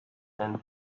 and